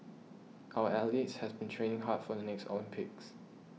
our athletes have been training hard for the next Olympics